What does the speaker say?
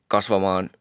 kasvamaan